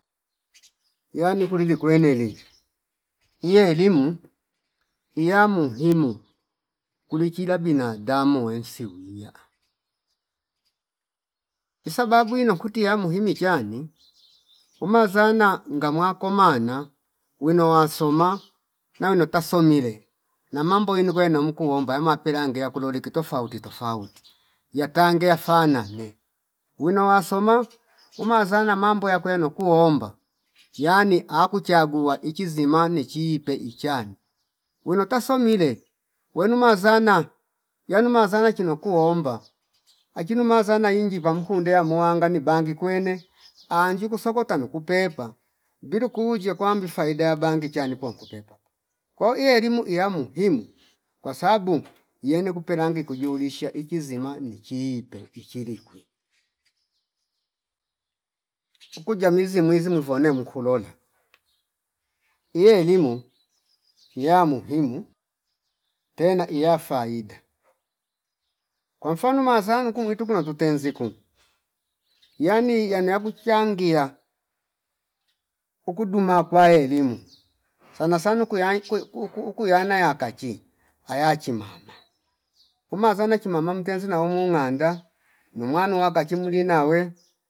Yani kuli likweneli iyelimu iya muhimu kulichila binadamu wesni uwiha, isababu ino kuti ya muhimi chani umazana ngamwa komana wino wa soma nano tasomile na mambo wino kweno mukuomba wema pelangea kulolike tofauti tofauti yatange yafanane wino wasoma umazana mambo yakwe yano kuomba yani akuchagua ichizima nichipe ichane wino tasomile wenumazana yalu mazana chino kuomba achinu mazana inji pamkunde yamuwanga ni bangi kwene anji kusokota nuku pepa bilu kuujie kwambi faida ya bangi chani po mkupepo, ko ielimu ya muhimu kwasabu yene kupelange kujulisha ichi zimani nichiipe ichili kwi. Ukujamizi mwizi mwivone mkolole ielimu iya muhimu tena iya faida kwa mfanu mazanu kumwituku tuna kutenzi ku yani yano ya kuchangia ukuduma kwa elimu sana sanu kuya kwe uu- ukuyana yakachi ayachimana umazana chimama mtenzi naumu nganda numwanu waka chimli nawe